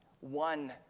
one